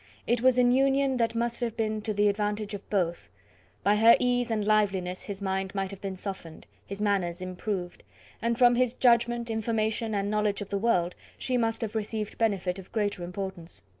it was an union that must have been to the advantage of both by her ease and liveliness, his mind might have been softened, his manners improved and from his judgement, information, and knowledge of the world, she must have received benefit of greater importance.